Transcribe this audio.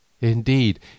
Indeed